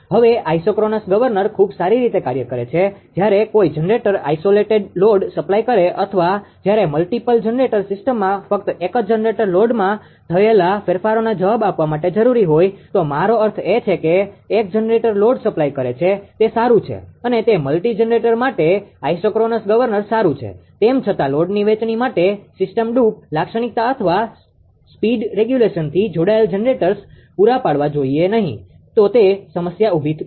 હવે isochronous governor ખૂબ સારી રીતે કાર્ય કરે છે અને જ્યારે કોઈ જનરેટર આઈસોલેટેડ લોડ સપ્લાય કરે અથવા જયારે મલ્ટીપલ જનરેટર સિસ્ટમમાં ફક્ત એક જ જનરેટર લોડમાં થયેલા ફેરફારોને જવાબ આપવા માટે જરૂરી હોય તો મારો અર્થ એ છે કે એક જનરેટર લોડ સપ્લાય કરે છે તે સારું છે અને તે મલ્ટી જનરેટર માટે આઇસોક્રોનસ ગવર્નર સારું છે તેમ છતાં લોડની વહેચણી માટે સિસ્ટમ ડ્રૂપ લાક્ષણિકતા અથવા સ્પીડ રેગ્યુલેશનથી જોડાયેલ જનરેટર્સ પુરા પાડવા જોઈએ નહિ તો તે સમસ્યા ઉભી કરશે